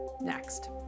next